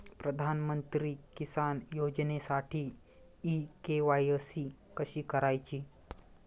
प्रधानमंत्री किसान योजनेसाठी इ के.वाय.सी कशी करायची?